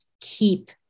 keep